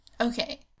Okay